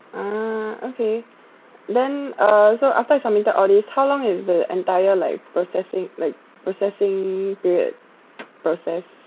ah okay then uh so after I submitted all these how long is the entire like processing like processing period process